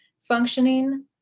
functioning